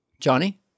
Johnny